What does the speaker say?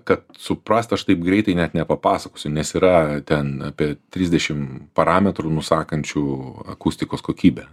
kad suprast aš taip greitai net nepapasakosiu nes yra ten apie trisdešim parametrų nusakančių akustikos kokybę